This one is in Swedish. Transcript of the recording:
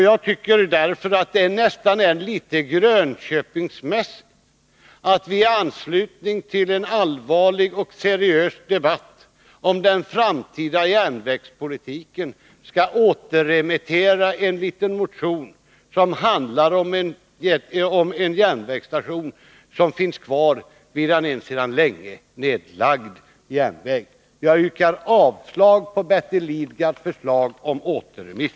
Jag tycker därför att det är nästan litet Grönköpingsmässigt att i anslutning till en seriös debatt om den framtida järnvägspolitiken återremittera en motion som handlar om en järnvägsstation som finns kvar vid en sedan länge nedlagd järnväg. Jag yrkar avslag på Bertil Lidgards förslag om återremiss!